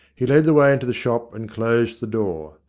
he led the way into the shop, and closed the door.